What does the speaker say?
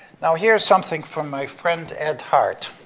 now, here's something from my friend, ed hart.